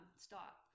stop